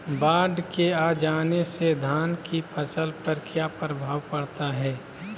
बाढ़ के आ जाने से धान की फसल पर किया प्रभाव पड़ता है?